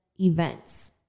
events